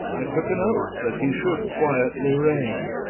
i tooke an oath, that hee should quietly reigne